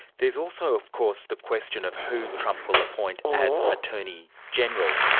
there is also of course the question of who trump will appoint as attorney general.